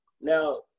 Now